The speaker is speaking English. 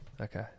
Okay